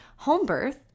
HOMEBIRTH